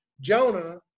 Jonah